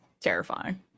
terrifying